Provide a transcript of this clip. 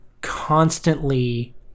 constantly